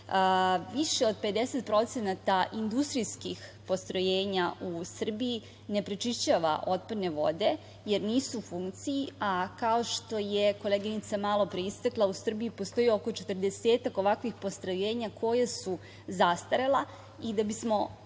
od 50% industrijskih postrojenja u Srbiji ne prečišćava otpadne vode, jer nisu u funkciji, a kao što je koleginica malo pre istakla, u Srbiji postoji oko 40-ak ovakvih postrojenja koja su zastarela i da bismo postigli